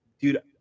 dude